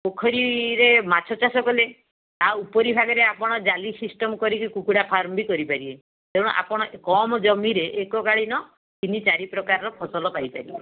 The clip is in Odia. ପୋଖରୀରେ ମାଛ ଚାଷ କଲେ ତା ଉପରି ଭାଗରେ ଆପଣ ଜାଲି ସିଷ୍ଟମ୍ କରିକି କୁକୁଡ଼ା ଫାର୍ମ ବି କରିପାରିବେ ତେଣୁ ଆପଣ କମ୍ ଜମିରେ ଏକକାଳୀନ ତିନି ଚାରି ପ୍ରକାରର ଫସଲ ପାଇପାରିବେ